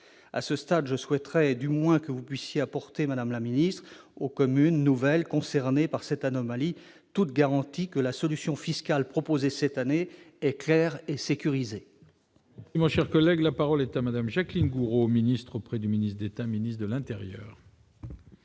ministre, je souhaiterais du moins que vous puissiez apporter aux communes nouvelles concernées par cette anomalie toute garantie que la solution fiscale proposée cette année est claire et sécurisée.